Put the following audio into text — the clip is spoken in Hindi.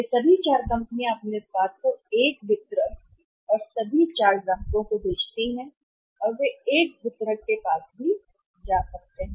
वे सभी 4 कंपनियां अपने उत्पाद को एक वितरक और सभी 4 को बेचती हैं ग्राहक वे एक वितरक के पास भी जा सकते हैं